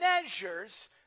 measures